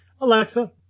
Alexa